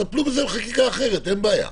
טפלו בזה בחקיקה אחרת, אין בעיה.